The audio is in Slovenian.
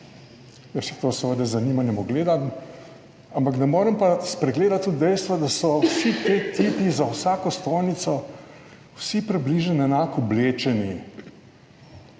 seveda z zanimanjem ogledam, ampak ne morem pa spregledati tudi dejstva, da so vsi ti tipi za vsako stojnico, vsi približno enako oblečeni,